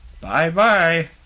Bye-bye